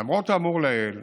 למרות האמור לעיל,